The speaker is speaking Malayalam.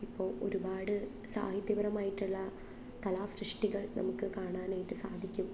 ഇപ്പോള് ഒരുപാട് സാഹിത്യപരമായിട്ടുള്ള കലാ സൃഷ്ടികൾ നമുക്ക് കാണാനായിട്ട് സാധിക്കും